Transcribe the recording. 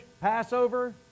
Passover